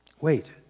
Wait